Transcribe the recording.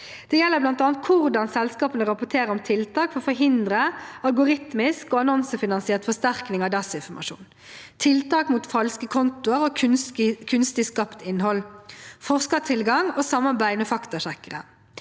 Det gjelder bl.a. hvordan selskapene rapporterer om tiltak for å forhindre algoritmisk og annonsefinansiert forsterkning av desinformasjon, om tiltak mot falske kontoer og kunstig skapt innhold og om forskertilgang og samarbeid med faktasjekkere.